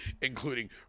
including